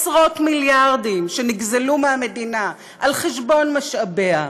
עשרות מיליארדים שנגזלו מהמדינה, על חשבון משאביה.